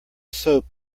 soap